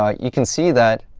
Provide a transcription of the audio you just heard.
um you can see that